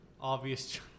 obvious